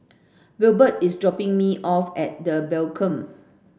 Wilbert is dropping me off at The Beacon